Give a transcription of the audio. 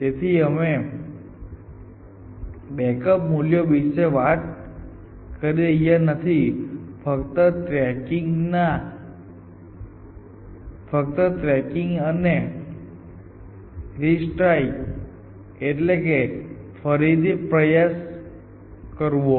તેથી અમે બેકઅપ મૂલ્યો વિશે વાત કરી રહ્યા નથી ફક્ત બેક ટ્રેકિંગ અને રિટ્રાઇ એટલે કે ફરીથી પ્રયાશ કરવો